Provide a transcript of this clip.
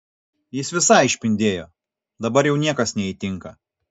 jis visai išpindėjo dabar jau niekas neįtinka